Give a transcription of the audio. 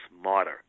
smarter